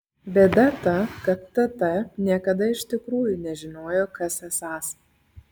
bėda ta kad tt niekada iš tikrųjų nežinojo kas esąs